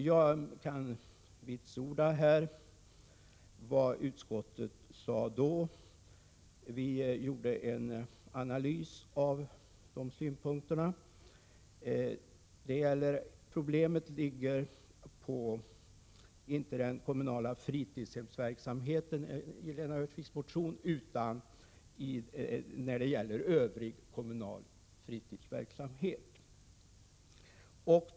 Jag kan här referera till vad utskottet då anförde mot bakgrund av den analys av synpunkterna som gjorts. Det problem Lena Öhrsvik pekar på i sin motion hänför sig inte till den kommunala fritidshemsverksamheten utan gäller övrig kommunal fritidsverksamhet.